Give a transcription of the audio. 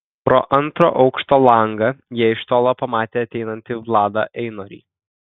pro antro aukšto langą jie iš tolo pamatė ateinantį vladą einorį